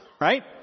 right